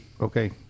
okay